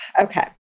Okay